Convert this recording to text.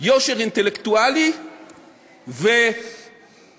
יושר אינטלקטואלי וכבוד